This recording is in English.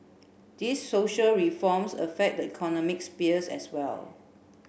these social reforms affect the economic sphere as well